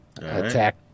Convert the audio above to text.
Attack